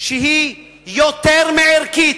שהיא יותר מערכית,